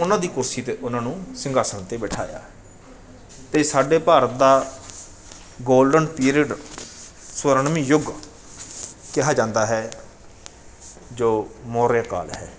ਉਨ੍ਹਾਂ ਦੀ ਕੁਰਸੀ 'ਤੇ ਉਨ੍ਹਾਂ ਨੂੰ ਸਿੰਘਾਸਣ 'ਤੇ ਬਿਠਾਇਆ ਅਤੇ ਸਾਡੇ ਭਾਰਤ ਦਾ ਗੋਲਡਨ ਪੀਰਡ ਸਵਰਣਮੀ ਯੁੱਗ ਕਿਹਾ ਜਾਂਦਾ ਹੈ ਜੋ ਮੌਰੀਆ ਕਾਲ ਹੈ